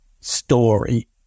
story